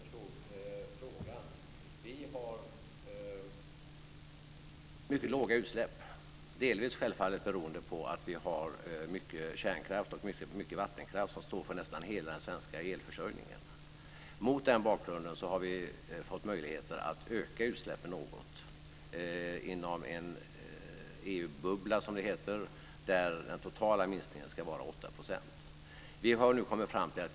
Fru talman! Jag är inte riktigt säker på att jag förstår frågan. Vi har mycket låga utsläpp, självfallet delvis beroende på att vi har mycket kärnkraft och mycket vattenkraft, som står för nästan hela den svenska elförsörjningen. Mot den bakgrunden har vi fått möjligheter att öka utsläppen något inom en EU bubbla, som det heter, där den totala minskningen ska vara 8 %.